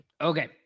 Okay